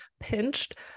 pinched